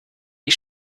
die